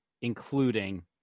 including –